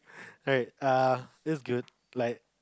alright uh that's good like